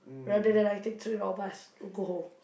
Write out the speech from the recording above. rather than I take train or bus to go home